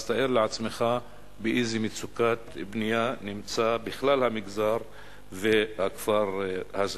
אז תאר לעצמך באיזו מצוקת בנייה בכלל נמצא המגזר והכפר הזה.